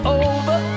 over